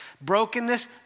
brokenness